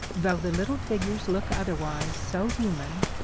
though the little figures look otherwise so human,